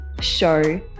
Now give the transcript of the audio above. show